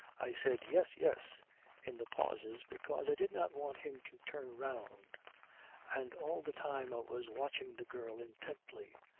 i said yes, yes in the pauses because i did not want him to turn round and all the time i was watching the girl intently.